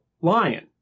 lion